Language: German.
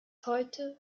heute